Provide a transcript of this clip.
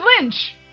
Lynch